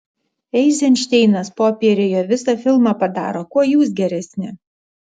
eizenšteinas popieriuje visą filmą padaro kuo jūs geresni